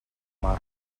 mar